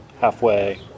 halfway